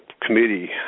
committee